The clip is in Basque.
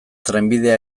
trenbidea